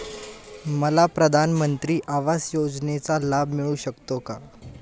मला प्रधानमंत्री आवास योजनेचा लाभ मिळू शकतो का?